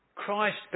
Christ